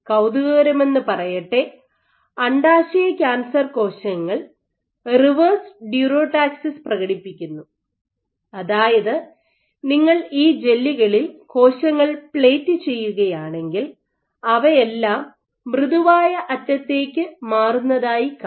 കൌതുകകരമെന്നു പറയട്ടെ അണ്ഡാശയ ക്യാൻസർ കോശങ്ങൾ റിവേഴ്സ് ഡ്യുറോടാക്സിസ് പ്രകടിപ്പിക്കുന്നു അതായത് നിങ്ങൾ ഈ ജെല്ലുകളിൽ കോശങ്ങൾ പ്ലേറ്റ് ചെയ്യുകയാണെങ്കിൽ അവയെല്ലാം മൃദുവായ അറ്റത്തേക്ക് മാറുന്നതായി കാണാം